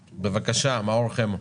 בבקשה, מאור חמו.